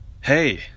Hey